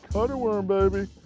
and worm, baby.